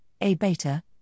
A-beta